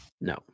no